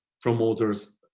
promoters